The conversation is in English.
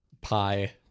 pie